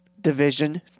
division